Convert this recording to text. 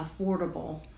affordable